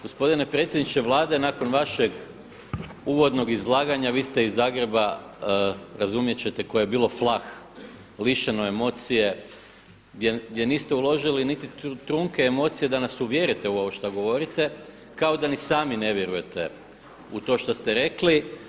Gospodine predsjedniče Vlade, nakon vašeg uvodnog izlaganja, vi ste iz Zagreba razumjeti ćete, koje je bilo flah, lišeno emocije, gdje niste uložili niti trunke emocija da nas uvjerite u ovo što govorite kao da ni sami ne vjerujete u to što ste rekli.